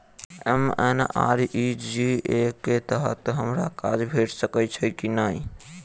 MNREGA कऽ तहत हमरा काज भेट सकय छई की नहि?